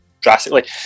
drastically